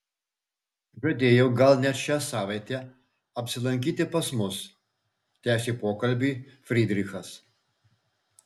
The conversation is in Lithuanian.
žadėjo gal net šią savaitę apsilankyti pas mus tęsė pokalbį frydrichas